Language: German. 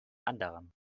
anderen